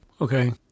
Okay